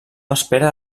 espera